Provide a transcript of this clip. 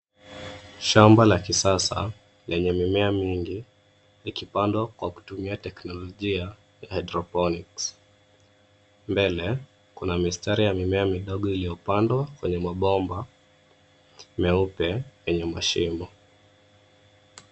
Shamba la kisasa lenye mimea mingi ikipandwa kwa kutumia teknolojia ya hydroponics .Mbele kuna mistari ya mimea midogo iliyopandwa kwenye mabomba meupe yenye mashimo.